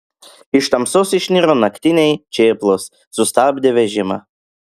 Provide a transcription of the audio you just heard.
iš tamsos išniro naktiniai čėplos sustabdė vežimą